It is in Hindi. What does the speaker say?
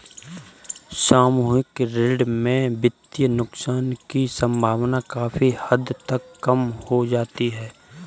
सामूहिक ऋण में वित्तीय नुकसान की सम्भावना काफी हद तक कम हो जाती है